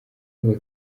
ngo